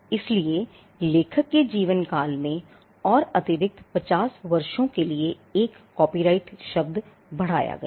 इसलिए लेखक के जीवनकाल में और अतिरिक्त 50 वर्षों के लिए एक कार्य का कॉपीराइट शब्द बढ़ाया गया